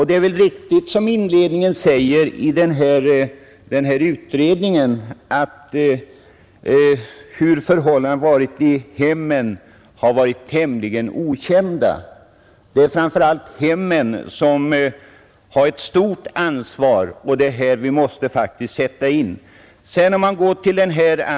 Det är väl riktigt som utredningen säger inledningsvis, att förhållandena i hemmen har varit tämligen okända. Men det är framför allt hemmen som har ett stort ansvar, och det är där vi måste sätta in åtgärder.